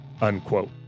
unquote